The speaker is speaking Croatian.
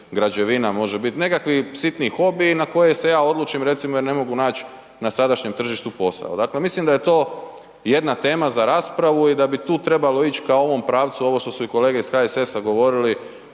građevina, može bit nekakvi sitni hobiji na koje se odlučimo recimo jer mogu nać na sadašnjem tržištu posao. Dakle mislim da je to jedna tema za raspravu i da bi trebalo ići ka ovom pravcu, ovo što su i kolege iz HSS-a govorili,